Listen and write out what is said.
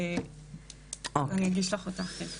אני אגיש לך אותו.